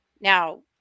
Now